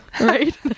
right